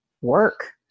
work